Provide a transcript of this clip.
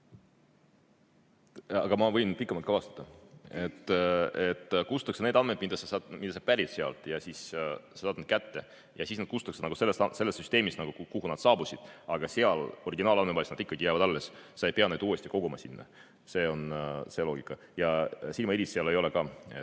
Aga ma võin pikemalt ka vastata. Kustutatakse need andmed, mida sa pärid sealt. Sa saad nad kätte ja siis nad kustutatakse sellest süsteemist, kuhu nad saabusid, aga seal originaalandmebaasis nad ikkagi jäävad alles, sa ei pea neid uuesti koguma sinna. See on see loogika. Ja silmaiirise andmeid seal